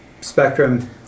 spectrum